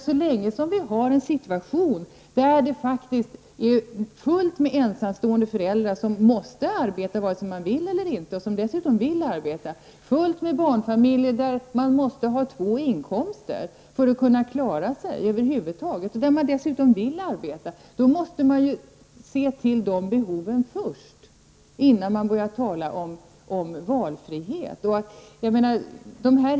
Så länge som vi har en situation där det faktiskt är fullt med ensamstående föräldrar som måste arbeta vare sig de vill eller ej -- och som dessutom vill arbeta --, fullt med barnfamiljer där det krävs två inkomster för att över huvud taget kunna klara sig, måste man ju se till det här behovet först, innan det kan bli något tal om valfrihet.